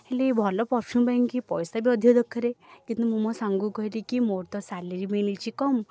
ହେଲେ ଭଲ ପରଫ୍ୟୁମ୍ ପାଇଁକି ପଇସା ବି ଅଧିକା ଦରକାର କିନ୍ତୁ ମୁଁ ମୋ ସାଙ୍ଗକୁ କହିଲି କି ମୋର ବି ତ ସାଲେରୀ ବି ମିଳିଛି କମ୍